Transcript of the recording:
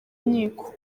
nkiko